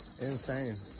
Insane